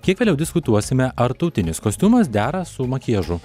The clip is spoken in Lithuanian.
kiek vėliau diskutuosime ar tautinis kostiumas dera su makiažu